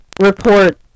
report